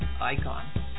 icon